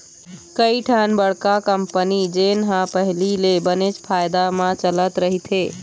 कइठन बड़का कंपनी जेन ह पहिली ले बनेच फायदा म चलत रहिथे